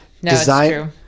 Design